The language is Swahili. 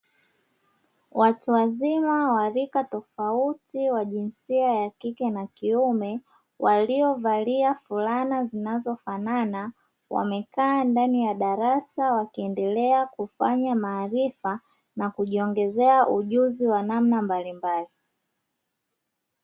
Watu wazima wa rika tofauti wa jinsia ya kike na kiume waliovalia fulana zinazofanana, wamekaa ndani ya darasa wakiendekea kufanya maarifa na kujiongezea ujuzi wa namna mbalimbali.